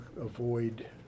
avoid